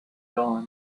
dawn